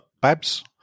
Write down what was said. babs